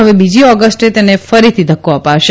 હવે બીજી ઓગષ્ટે તેને ફરીથી ધક્કો અપાશે